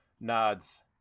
nods